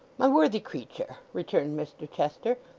my worthy creature returned mr chester,